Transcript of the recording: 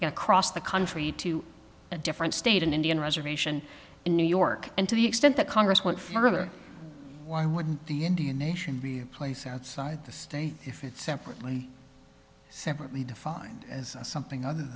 across the country to a different state an indian reservation in new york and to the extent that congress went further why would the indian nation be a place outside the state if it separately separately defined as something o